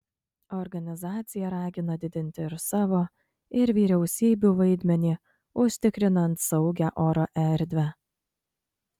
organizacija ragina didinti ir savo ir vyriausybių vaidmenį užtikrinant saugią oro erdvę